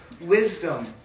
wisdom